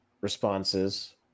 responses